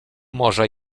może